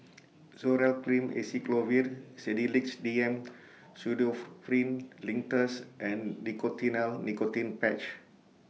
Zoral Cream Acyclovir Sedilix D M Pseudoephrine Linctus and Nicotinell Nicotine Patch